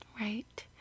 Right